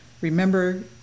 remember